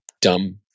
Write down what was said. dumb